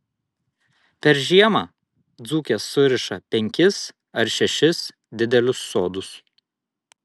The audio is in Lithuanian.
per žiemą dzūkės suriša penkis ar šešis didelius sodus